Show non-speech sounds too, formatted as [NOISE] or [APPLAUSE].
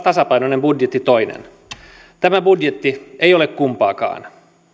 [UNINTELLIGIBLE] tasapainoinen budjetti toinen tämä budjetti ei ole kumpaakaan